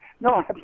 No